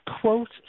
quote